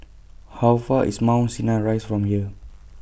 How Far IS Mount Sinai Rise from here